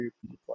people